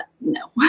no